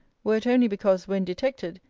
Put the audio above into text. were it only because, when detected,